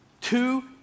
two